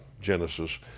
Genesis